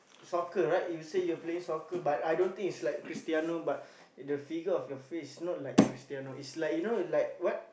soccer right you say you're playing soccer but I don't think it's like Christiano but the figure of your face not like Christiano it's like you know like what